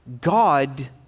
God